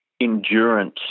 endurance